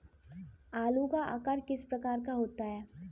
आलू का आकार किस प्रकार का होता है?